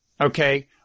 Okay